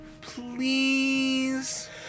Please